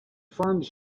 formed